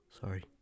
Sorry